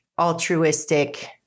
altruistic